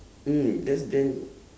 mm that's then